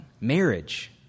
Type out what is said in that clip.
marriage